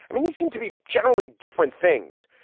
i mean, you seem to be generally different things.